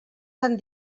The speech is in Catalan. tan